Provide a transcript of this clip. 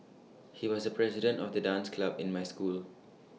he was the president of the dance club in my school